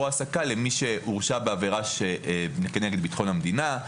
העסקה למי שהורשע בעבירה כנגד ביטחון המדינה,